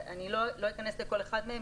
אני לא אכנס לכל אחד מהם,